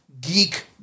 geek